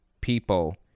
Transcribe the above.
people